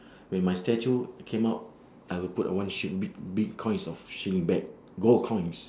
when my statue came out I will put a one shield big big coins of shield bag gold coins